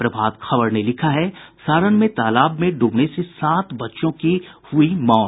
प्रभात खबर ने लिखा है सारण में तालाब में डूबने से सात बच्चों की हुई मौत